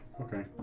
Okay